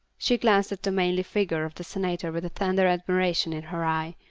she glanced at the manly figure of the senator with a tender admiration in her eye,